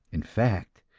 in fact,